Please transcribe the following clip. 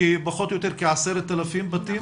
כ-10,000 בתים,